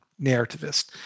narrativist